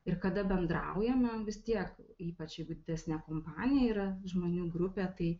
ir kada bendraujame vis tiek ypač jeigu didesnė kompanija yra žmonių grupė tai